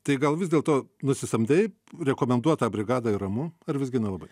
tai gal vis dėlto nusisamdei rekomenduotą brigadą ir ramu ar visgi nelabai